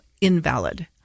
invalid